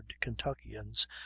Kentuckians